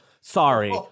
Sorry